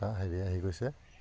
এটা হেৰি আহি গৈছে